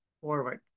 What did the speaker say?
forward